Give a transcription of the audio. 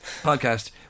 podcast